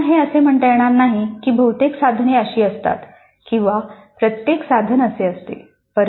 पुन्हा हे असे म्हणता येणार नाही की बहुतेक साधने अशी असतात किंवा प्रत्येक साधन असे असते